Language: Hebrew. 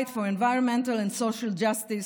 for environmental and social justice,